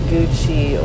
Gucci